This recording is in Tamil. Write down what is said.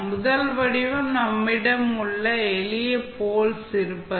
முதல் வடிவம் நம்மிடம் எளிய போல்ஸ் இருப்பது